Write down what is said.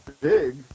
big